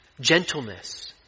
gentleness